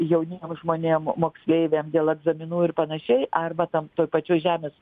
jauniem žmonėm moksleiviam dėl egzaminų ir panašiai arba tam toj pačioj žemės